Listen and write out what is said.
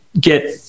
get